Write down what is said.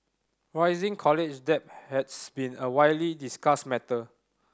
rising college debt has been a widely discussed matter